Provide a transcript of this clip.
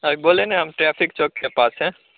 अभी बोलें ना हम ट्रैफिक चौक के पास हैं